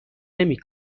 نمی